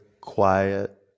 quiet